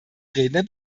redner